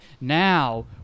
now